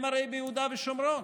הם הרי ביהודה ושומרון.